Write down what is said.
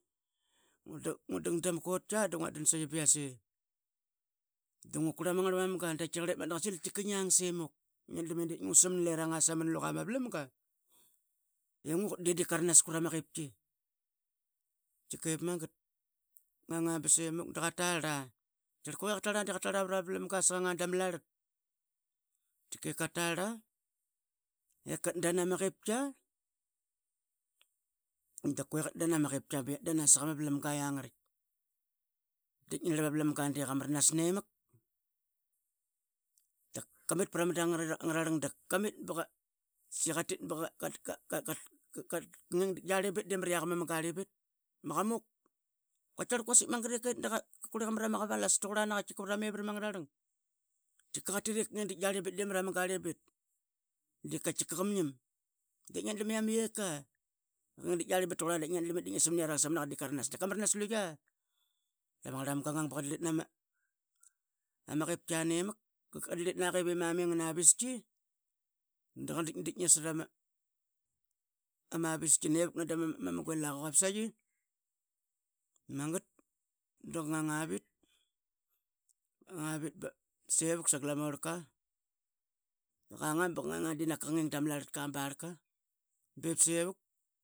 Ngut dang dama kotkia dngua dansaie dungu qurlama ngarlmanga dqatkaqqarl kasil tkiqa ngang se muk ngia darlam i dap ngu samnle ranga saman luqa ama vlamga didip karanas qurama qip ki. Tkikep magnat daqngang ga bsemuk daqatara tkikque qatarla prama vlmga sqanga dama larlat larlat katarla ip katdan ama qitkia dap que qatdan ama qiptkia bia atdan saqa raitk dap ngi narli ama vlamga de gamranas nemak dap kamtt prama dang angrarlang kait kaqarl quasik magat ip katit duqurli qaruqarla mrama qavalas tuqura naqtkiqa prama varam angararlang. Tkiqa qatit ika ngeeng dait darlibit prama munga rlibit tuqurla da vep ngi sam niyiarang samnaqa de ngia darlam i dep karanas da qamranas sluyia, dama ngarlmamga qangang ba qa drilt na qiprima mi ngna vistk da qa ditkditk nasara ma viski nevuk na dama munga ila qaquap sayi. Magat daka ngang avit ba sevuk sangla ma orlka kanga de kanga qning dama larlatka ama barlka bep sevuk.